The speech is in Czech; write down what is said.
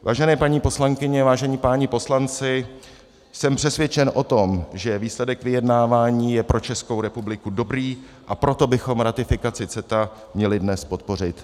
Vážené paní poslankyně, vážení páni poslanci, jsem přesvědčen o tom, že výsledek vyjednávání je pro Českou republiku dobrý, a proto bychom ratifikaci CETA měli dnes podpořit.